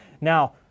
Now